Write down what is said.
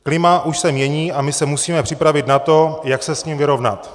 Klima už se mění a my se musíme připravit na to, jak se s ním vyrovnat.